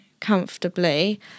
comfortably